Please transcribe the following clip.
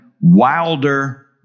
wilder